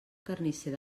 carnisser